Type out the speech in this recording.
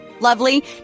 lovely